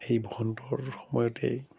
এই বসন্তৰ সময়তেই